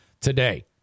today